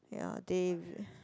ya they